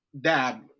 dad